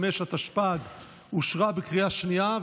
65), התשפ"ג, אושרה בקריאה שנייה.